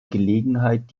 gelegenheit